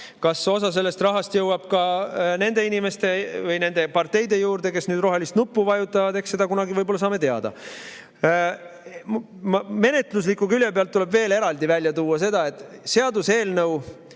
Kas osa sellest rahast jõuab ka nende inimeste või nende parteide juurde, kes nüüd rohelist nuppu vajutavad, eks seda kunagi võib-olla saame teada. Menetlusliku külje pealt tuleb veel eraldi välja tuua seda, et seaduseelnõu